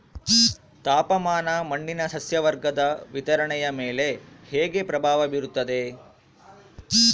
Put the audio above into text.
ತಾಪಮಾನ ಮಣ್ಣಿನ ಸಸ್ಯವರ್ಗದ ವಿತರಣೆಯ ಮೇಲೆ ಹೇಗೆ ಪ್ರಭಾವ ಬೇರುತ್ತದೆ?